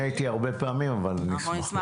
אני הייתי הרבה פעמים אבל אני אשמח.